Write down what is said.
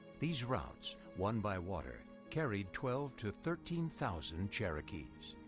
these routes, one by water, carried twelve to thirteen thousand cherokees.